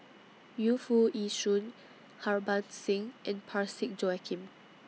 Yu Foo Yee Shoon Harbans Singh and Parsick Joaquim